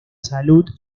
salud